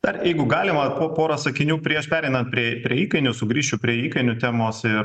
dar jeigu galima po porą sakinių prieš pereinant prie prie įkainių sugrįšiu prie įkainių temos ir